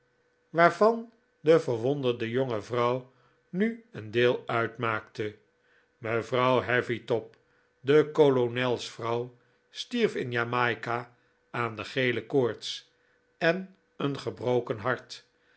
waarvan de verwonderde jonge vrouw nu een deel uitmaakte mevrouw heavytop de kolonelsvrouw stierf in jamaica aan de gele koorts en een gebroken hart